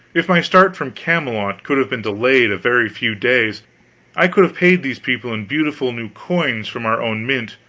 if my start from camelot could have been delayed a very few days i could have paid these people in beautiful new coins from our own mint,